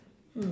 mm